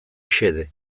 xede